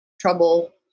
trouble